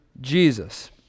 Jesus